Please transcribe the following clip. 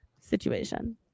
situation